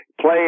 Play